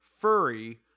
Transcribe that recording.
furry